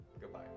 Goodbye